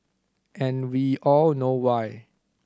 and we all know why